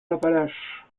appalaches